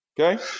Okay